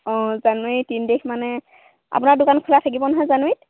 অঁ জানুৱাৰী তিনি তাৰিখ মানে আপোনাৰ দোকান খোলা থাকিব নহয় জানুৱীত